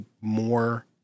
more